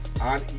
on